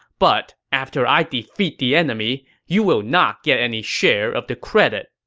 but after i defeat the enemy, you will not get any share of the credit!